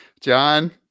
John